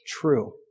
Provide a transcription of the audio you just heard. true